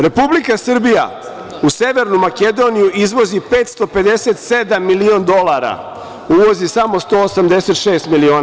Republike Srbije u Severnu Makedoniju izvozi 557 miliona evra, uvozi samo 186 miliona.